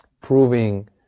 proving